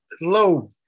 low